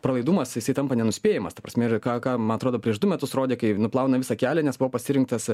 pralaidumas jisai tampa nenuspėjamas ta prasme ir ką ką man atrodo prieš du metus rodė kaip nuplauna visą kelią nes buvo pasirinktas